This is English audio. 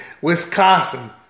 Wisconsin